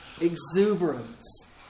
exuberance